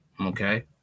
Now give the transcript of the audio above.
okay